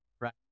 right